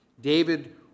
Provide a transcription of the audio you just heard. David